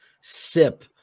sip